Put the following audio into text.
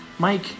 Mike